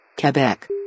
Quebec